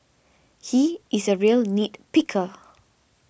he is a real nit picker